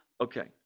okay